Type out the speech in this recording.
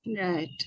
Right